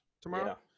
tomorrow